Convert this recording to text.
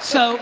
so